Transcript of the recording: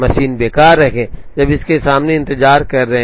machine बेकार रखें जब इसके सामने इंतजार कर रहे हैं